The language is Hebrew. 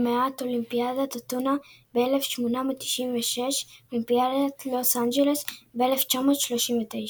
למעט אולימפיאדת אתונה ב-1896 ואולימפיאדת לוס אנג'לס ב-1932.